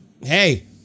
hey